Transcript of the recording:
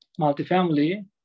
multifamily